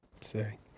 say